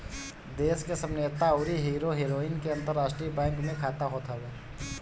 देस के सब नेता अउरी हीरो हीरोइन के अंतरराष्ट्रीय बैंक में खाता होत हअ